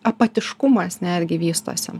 apatiškumas netgi vystosi